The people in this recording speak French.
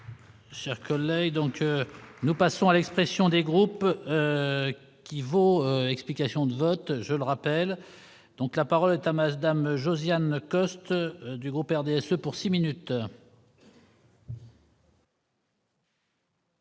Chers collègues, donc nous passons à l'expression des groupes qui vaut, explications de vote, je le rappelle, donc, la parole est Hamas dames Josiane Costes du groupe RDSE pour 6 minutes.